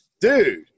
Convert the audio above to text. dude